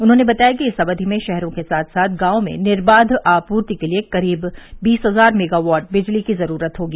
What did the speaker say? उन्होंने बताया कि इस अवधि में शहरों के साथ साथ गांवों में निर्बाघ आपूर्ति के लिए करीब बीस हज़ार मेगावाट बिजली की ज़रूरत होगी